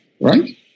right